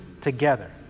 together